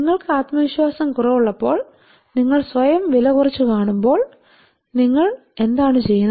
നിങ്ങൾക്ക് ആത്മവിശ്വാസം കുറവുള്ളപ്പോൾ നിങ്ങൾ സ്വയം വില കുറച്ചു കാണുമ്പോൾ നിങ്ങൾ എന്താണ് ചെയ്യുന്നത്